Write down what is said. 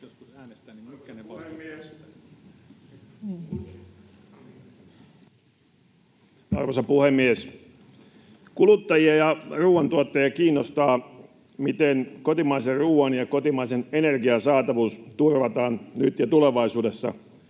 Arvoisa puhemies! Kuluttajia ja ruuantuottajia kiinnostaa, miten kotimaisen ruuan ja kotimaisen energian saatavuus turvataan nyt ja tulevaisuudessa.